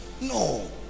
no